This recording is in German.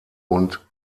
und